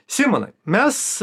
simonai mes